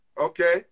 okay